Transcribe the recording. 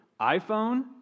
iPhone